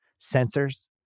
sensors